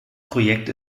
projekt